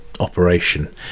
Operation